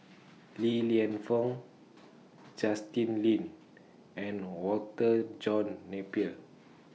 Li Lienfung Justin Lean and Walter John Napier